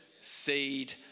seed